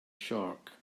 shark